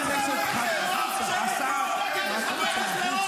--- תומך טרור.